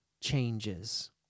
changes